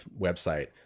website